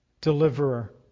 deliverer